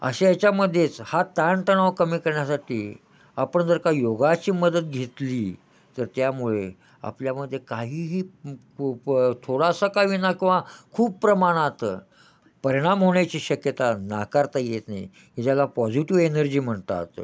अशा याच्यामध्येच हा ताणतणाव कमी करण्यासाठी आपण जर का योगाची मदत घेतली तर त्यामुळे आपल्यामध्ये काहीही प प थोडासा का होईना किंवा खूप प्रमाणात परिणाम होण्याची शक्यता नाकारता येत नाही की ज्याला पॉझिटिव एनर्जी म्हणतात